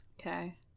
Okay